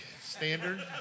standard